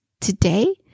today